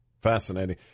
Fascinating